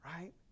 right